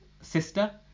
sister